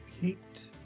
heat